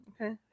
Okay